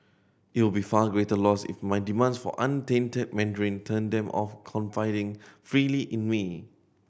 it would be far greater loss if my demands for untainted Mandarin turned them off confiding freely in me